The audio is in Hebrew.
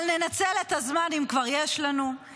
אבל ננצל את הזמן, אם כבר יש לנו.